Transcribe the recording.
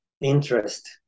interest